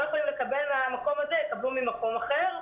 יכולים לקבל מהמקום הזה הם קבלו ממקום אחר,